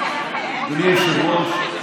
אדוני היושב-ראש,